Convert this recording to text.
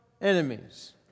enemies